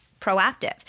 proactive